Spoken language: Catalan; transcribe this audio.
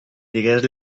digues